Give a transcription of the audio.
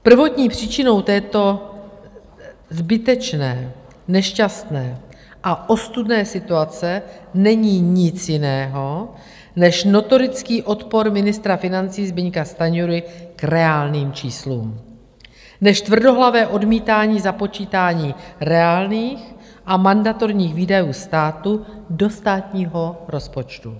Prvotní příčinou této zbytečné, nešťastné a ostudné situace není nic jiného než notorický odpor ministra financí Zbyňka Stanjury k reálným číslům, než tvrdohlavé odmítání započítání reálných a mandatorních výdajů státu do státního rozpočtu.